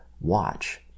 Watch